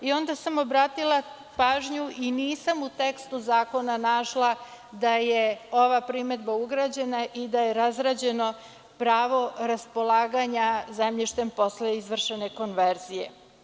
Onda sam obratila pažnju i nisam u tekstu zakona našla da je ova primedba ugrađena i da je razrađeno pravo raspolaganja zemljišta posle izvršene konverzije.